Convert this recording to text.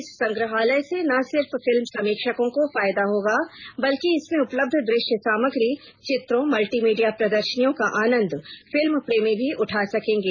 इस संग्रहालय से न सिर्फ फिल्म समीक्षकों को फायदा होगा बल्कि इसमें उपलब्व दृश्यसामग्री चित्रों मल्टीमीडिया प्रदर्शनियों का आनंद फिल्म प्रेमी भी उठा सकेंगे